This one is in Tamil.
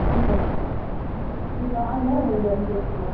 ஓகேம்மா நீங்கள் வாங்க நம்ம இங்கே வந்து பேசிக்கலாம்